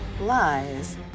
Lies